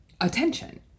attention